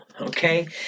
okay